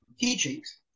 teachings